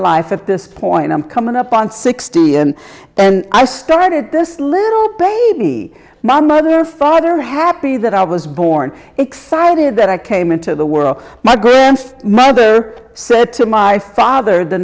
life at this point i'm coming up on sixty and and i started this little baby my mother father happy that i was born excited that i came into the world my good mother said to my father the